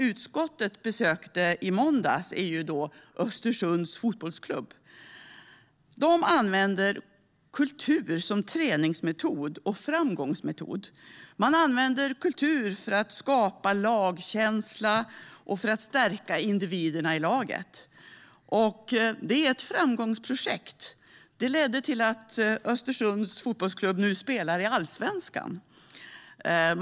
Utskottet besökte i måndags Östersunds fotbollsklubb. De använder kultur som träningsmetod och framgångsmetod. De använder kultur för att skapa lagkänsla och för att stärka individerna i laget. Det är ett framgångsprojekt. Det har lett till att Östersunds fotbollsklubb nu spelar i Allsvenskan.